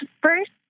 first